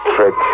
trick